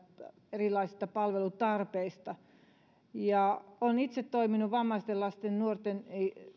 erilaisista palvelutarpeista olen itse toiminut vammaisten lasten